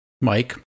Mike